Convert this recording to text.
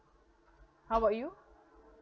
how about you